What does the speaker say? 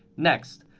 next,